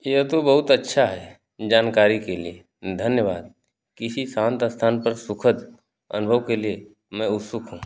यह तो बहुत अच्छा है जानकारी के लिए धन्यवाद किसी शांत स्थान पर सुखद अनुभव के लिए मैं उत्सुक हूँ